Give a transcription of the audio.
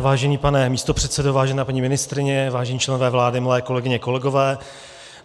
Vážený pane místopředsedo, vážená paní ministryně, vážení členové vlády, milé kolegyně, kolegové,